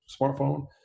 smartphone